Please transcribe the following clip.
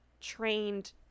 trained